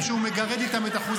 השר, הוא ביקש מזרקה.